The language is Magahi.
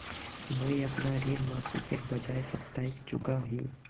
मुईअपना ऋण मासिकेर बजाय साप्ताहिक चुका ही